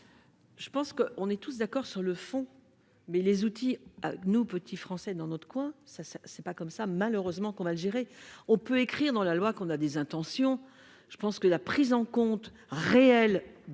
Je pense qu'on est tous d'accord sur le fond, mais les outils, à nous petits français dans notre coin, ça, c'est pas comme ça, malheureusement, qu'on va le gérer, on peut écrire dans la loi qu'on a des intentions, je pense que la prise en compte réelle des contraintes